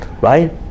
Right